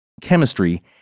chemistry